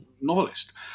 novelist